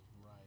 right